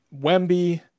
Wemby –